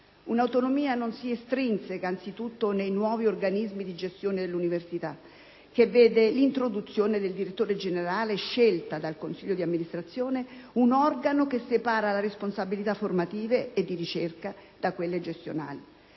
un'autonomia che si estrinseca anzitutto nei nuovi organismi di gestione dell'università, che vede l'introduzione del direttore generale, scelto dal consiglio di amministrazione, un organo che separa le responsabilità formative e di ricerca da quelle gestionali.